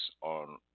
on